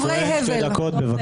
דברי הבל.